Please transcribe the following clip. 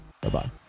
Bye-bye